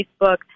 Facebook